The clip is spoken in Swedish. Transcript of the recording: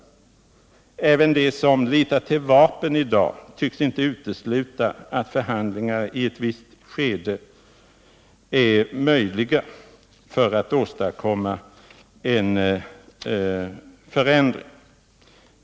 Inte ens de som i dag litar till vapen tycks utesluta att förhandlingar i ett visst skede är möjliga när det gäller att åstadkomma en förändring.